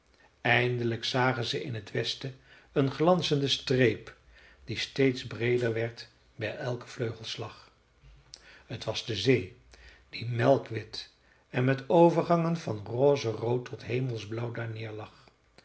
eindelijk zagen ze in t westen een glanzende streep die steeds breeder werd bij elken vleugelslag t was de zee die melkwit en met overgangen van rozerood tot hemelsblauw daar neerlag